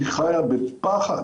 היא חיה בפחד,